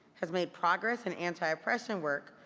has made progress in anti-oppression work,